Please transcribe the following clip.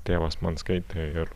tėvas man skaitė ir